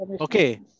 Okay